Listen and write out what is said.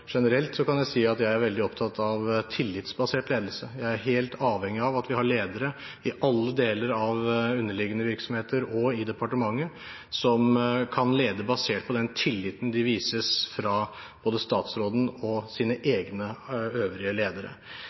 Generelt kan jeg si at jeg er veldig opptatt av tillitsbasert ledelse. Jeg er helt avhengig av at vi har ledere i alle deler av underliggende virksomheter og i departementet som kan lede basert på den tilliten de vises fra både statsråden og sine egne øvrige ledere.